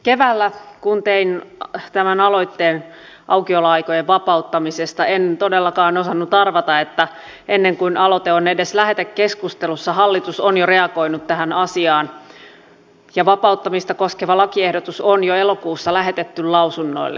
keväällä kun tein tämän aloitteen aukioloaikojen vapauttamisesta en todellakaan osannut arvata että ennen kuin aloite on edes lähetekeskustelussa hallitus on jo reagoinut tähän asiaan ja vapauttamista koskeva lakiehdotus on jo elokuussa lähetetty lausunnoille